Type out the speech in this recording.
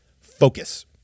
Focus